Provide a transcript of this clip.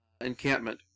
encampment